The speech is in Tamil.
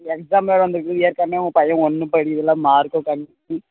எக்ஸாம் வேறு வந்துயிருக்கு ஏற்கனவே உங்கள் பையன் ஒன்றும் படிக்கறதில்லை மார்க்கும் கம்மி